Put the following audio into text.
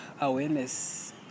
awareness